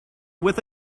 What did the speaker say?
with